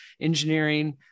engineering